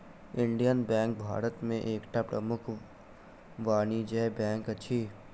Indian bank Bharat में एकटा प्रमुख वाणिज्य बैंक अछि